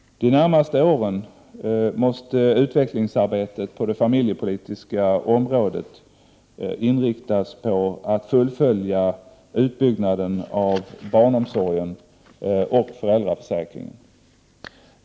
De närmaste åren måste utvecklingsarbetet på det familjepolitiska området inriktas på att fullfölja utbyggnaden av barnomsorgen och föräldraförsäkringen.